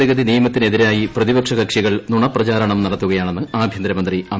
പൌരത്വ ഭേദഗതി നിയമത്തിനെതിരായി പ്രതിപക്ഷ കക്ഷികൾ നുണപ്രചാരണം നടത്തുകയാണെന്ന് ആഭ്യന്തരമന്ത്രി അമിത്ഷാ